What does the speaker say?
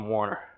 Warner